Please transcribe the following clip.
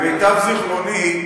למיטב זיכרוני,